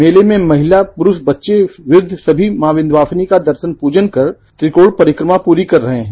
मेले मे महिला पुरूष बच्चे क्रद्व समी माँ विच्यवासिनी का दर्शन पूजन कर त्रिकोण परिक्रमा पूरी कर रहे हैं